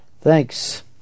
Thanks